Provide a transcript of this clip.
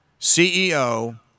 CEO